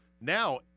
Now –